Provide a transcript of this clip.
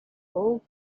old